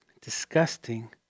disgusting